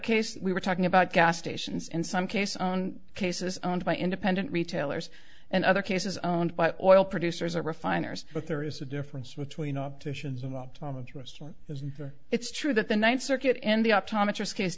case we were talking about gas stations in some cases on cases owned by independent retailers and other cases owned by oil producers or refiners but there is a difference between opticians and well it's true that the ninth circuit in the optometrist case